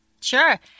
Sure